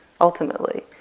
ultimately